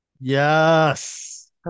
Yes